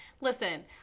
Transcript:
Listen